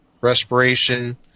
respiration